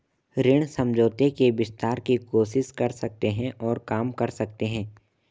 ऋण समझौते के विस्तार की कोशिश कर सकते हैं और काम कर सकते हैं